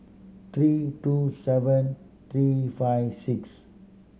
three two seven three five six